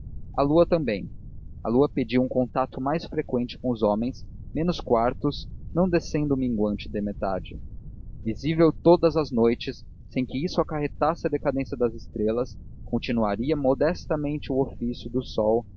a lua também a lua pedia um contacto mais frequente com os homens menos quartos não descendo o minguante de metade visível todas as noites sem que isso acarretasse a decadência das estrelas continuaria modestamente o ofício do sol